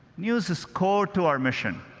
news is core to our mission.